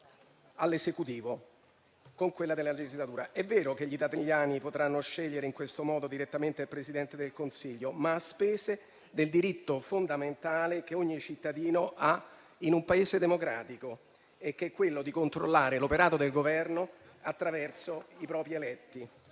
legislatura a quella dell'Esecutivo. È vero che gli italiani potranno scegliere in questo modo direttamente il Presidente del Consiglio, ma a spese del diritto fondamentale che ogni cittadino ha in un Paese democratico, che è quello di controllare l'operato del Governo attraverso i propri eletti.